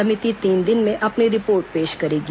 समिति तीन दिन में अपनी रिपोर्ट पेश करेगी